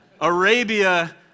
Arabia